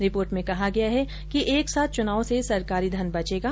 report में कहा गया है कि एक साथ चुनाव से सरकारी धन बचेगा